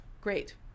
great